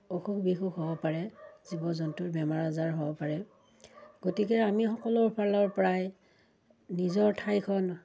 অসুখ বিসুখ হ'ব পাৰে জীৱ জন্তুৰ বেমাৰ আজাৰ হ'ব পাৰে গতিকে আমি সকলো ফালৰ পৰাই নিজৰ ঠাইখন